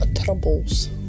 Troubles